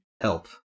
help